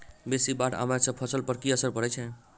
बेसी बाढ़ आबै सँ फसल पर की असर परै छै?